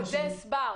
את זה הסברת.